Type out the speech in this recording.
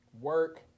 work